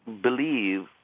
believe